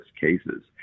cases